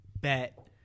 Bet